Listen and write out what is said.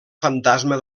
fantasma